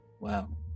Wow